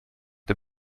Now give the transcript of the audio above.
der